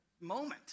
moment